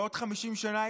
בעוד 50 שנה,